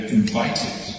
invited